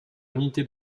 unité